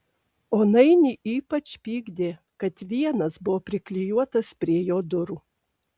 o nainį ypač pykdė kad vienas buvo priklijuotas prie jo durų